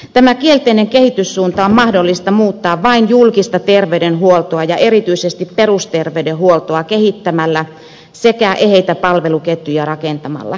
tämä kielteinen kehityssuunta on mahdollista muuttaa vain julkista terveydenhuoltoa ja erityisesti perusterveydenhuoltoa kehittämällä sekä eheitä palveluketjuja rakentamalla